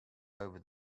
over